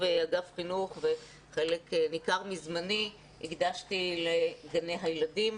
אגף חינוך וחלק ניכר מזמני הקדשתי לגני הילדים.